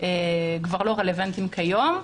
כבר לא רלוונטיים כיום,